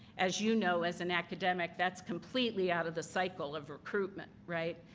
as you know as an academic that's completely out of the cycle of recruitment, right?